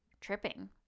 tripping